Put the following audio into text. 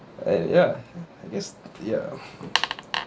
and ya I guess ya